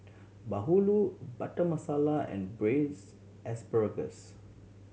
bahulu Butter Masala and Braised Asparagus